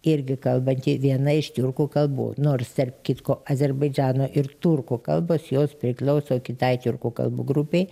irgi kalbanti viena iš tiurkų kalbų nors tarp kitko azerbaidžano ir turkų kalbos jos priklauso kitai tiurkų kalbų grupei